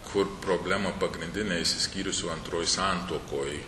kur problema pagrindinė išsiskyrusių antroj santuokoj